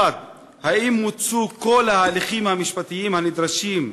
1. האם מוצו כל ההליכים המשפטיים הנדרשים,